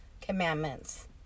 commandments